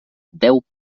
deu